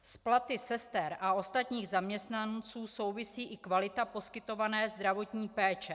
S platy sester a ostatních zaměstnanců souvisí i kvalita poskytované zdravotní péče.